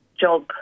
job